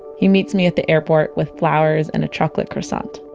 he meets me at the airport, with flowers and a chocolate croissant.